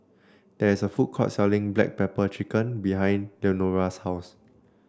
there's a food court selling Black Pepper Chicken behind Leonora's house